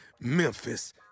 Memphis